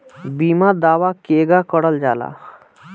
बीमा दावा केगा करल जाला?